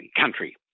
country